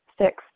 Six